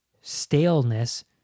staleness